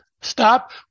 Stop